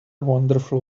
wonderful